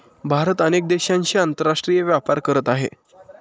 भारत अनेक देशांशी आंतरराष्ट्रीय व्यापार करत आहे